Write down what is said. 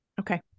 Okay